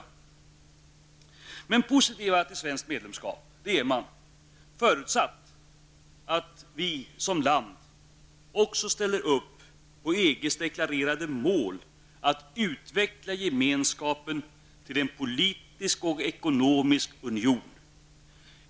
Men man är positiv till svenskt medlemskap -- förutsatt att vi som land också ställer upp på EGs deklarerade mål att utveckla gemenskapen till en politisk och ekonomisk union.